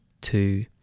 Two